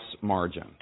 margin